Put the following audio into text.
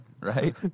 Right